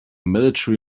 military